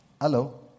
Hello